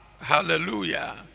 Hallelujah